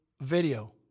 video